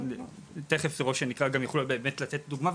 תכף ראש הנקרה יוכלו לתת דוגמה.